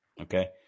okay